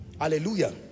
hallelujah